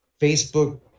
Facebook